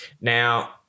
Now